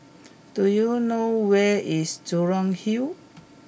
do you know where is Jurong Hill